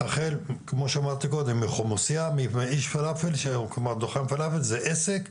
כמו שאמרתי קודם, מחומוסייה, מדוכן פלאפל, זה עסק,